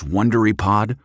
WonderyPod